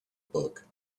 book